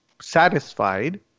satisfied